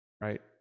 Right